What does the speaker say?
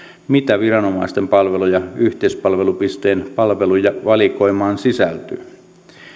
mitä viranomaisten palveluja yhteispalvelupisteen palveluvalikoimaan sisältyy